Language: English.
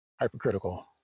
hypercritical